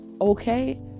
okay